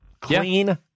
Clean